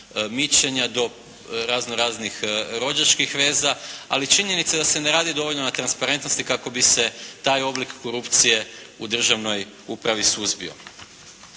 mićenja do razno raznih rođačkih veza, ali činjenica da se ne radi dovoljno na transparentnosti kako bi se taj oblik korupcije u državnoj upravi suzbio.